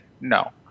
No